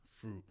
Fruit